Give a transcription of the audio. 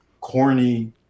corny